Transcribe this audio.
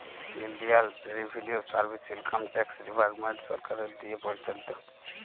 ইলডিয়াল revenue service income tax department সরকারের দিঁয়ে পরিচালিত